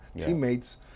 teammates